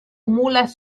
mules